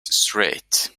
straight